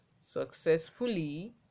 successfully